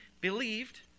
believed